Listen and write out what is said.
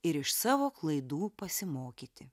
ir iš savo klaidų pasimokyti